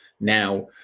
Now